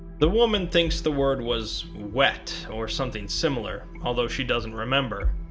the woman thinks the word was wet or something similar, although she doesn't remember.